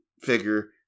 figure